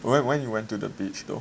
when when you went to the beach though